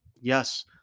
Yes